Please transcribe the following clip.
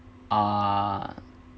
uh